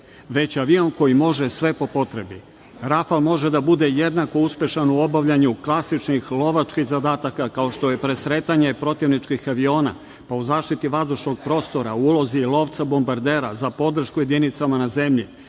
već avion koji može sve po potrebi."Rafal" može da bude jednako uspešan u obavljanju klasičnih lovačkih zadataka, kao što je presretanje protivničkih aviona, u zaštiti vazdušnog prostora, u ulozi lovca bombardera za podršku jedinicama na zemlji,